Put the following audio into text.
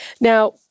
Now